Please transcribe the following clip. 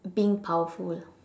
being powerful